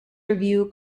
revue